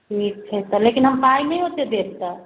ठीक छै लेकिन हम पाइ नहि ओतेक देब तऽ